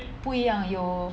不一样有